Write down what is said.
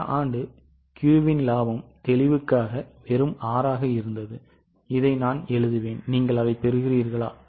கடந்த ஆண்டு Q இன் லாபம் தெளிவுக்காக வெறும் 6 ஆக இருந்தது இதை நான் எழுதுவேன் நீங்கள் அதைப் பெறுகிறீர்களா